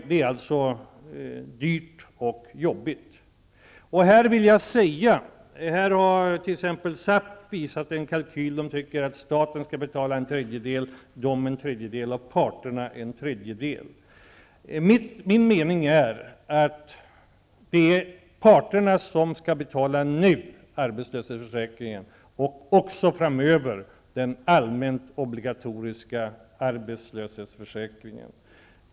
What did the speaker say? Det är alltså dyrt och jobbigt. SAF t.ex. har visat en kalkyl. Man tycker att staten, SAF och parterna skall betala en tredjedel var. Enligt min mening skall parterna nu betala arbetslöshetsförsäkringen och framöver också den allmänt obligatoriska arbetslöshetsförsäkringen.